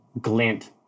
Glint